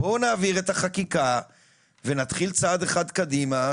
בואו נעביר את החקיקה ונתחיל צעד אחד קדימה,